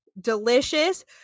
delicious